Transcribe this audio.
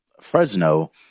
Fresno